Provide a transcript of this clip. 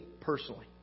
personally